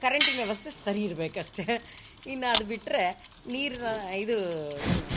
ಕರೆಂಟಿನ ವ್ಯವಸ್ಥೆ ಸರಿ ಇರಬೇಕಷ್ಟೇ ಇನ್ನು ಅದು ಬಿಟ್ರೆ ನೀರಿನ ಇದು ಏನು